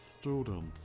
students